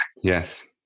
yes